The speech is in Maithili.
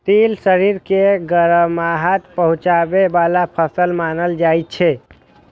तिल शरीर के गरमाहट पहुंचाबै बला फसल मानल जाइ छै